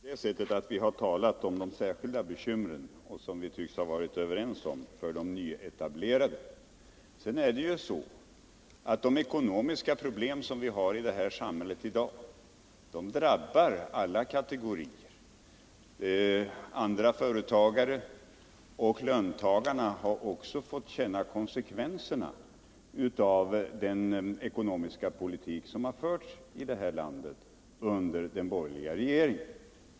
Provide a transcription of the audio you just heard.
Herr talman! Vi har talat om de särskilda bekymren — som vi tycks ha varit överens om — för de nyetablerade jordbrukarna. De ekonomiska problem i övrigt som vi har i det här samhället i dag drabbar ju alla kategorier — också andra företagare och löntagarna har fått ta konsekvenserna av den ekonomiska politik som har förts av den borgerliga regeringen.